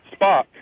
Spock